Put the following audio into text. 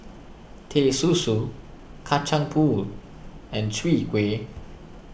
Teh Susu Kacang Pool and Chwee Kueh